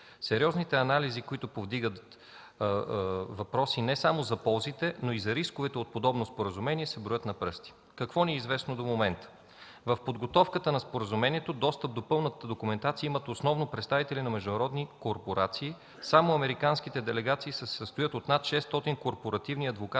Сериозните анализи, които повдигат въпроси не само за ползите, а и за рисковете от подобно споразумение, се броят на пръсти. Какво ни е известно до момента? В подготовката на споразумението достъп до пълната документация имат основно представители на международни корпорации – само американските делегации се състоят от над 600 корпоративни адвокати